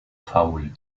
faul